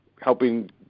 helping